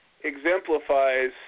exemplifies